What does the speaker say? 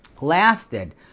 lasted